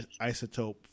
isotope